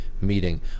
meeting